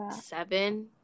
seven